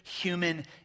human